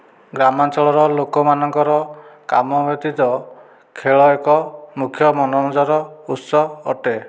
ଗ୍ରାମାଞ୍ଚଳର ଲୋକ ମାନଙ୍କର କାମ ବ୍ୟତୀତ ଖେଳ ଏକ ମୁଖ୍ୟ ମନୋରଞ୍ଜନର ଉତ୍ସ ଅଟେ